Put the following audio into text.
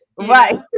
Right